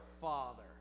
father